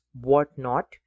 whatnot